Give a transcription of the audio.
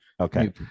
Okay